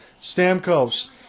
Stamkos